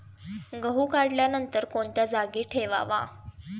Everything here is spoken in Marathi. गहू काढल्यानंतर कोणत्या जागी ठेवावा?